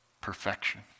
Perfection